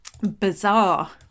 Bizarre